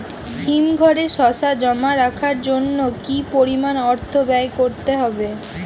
হিমঘরে শসা জমা রাখার জন্য কি পরিমাণ অর্থ ব্যয় করতে হয়?